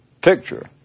picture